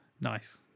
Nice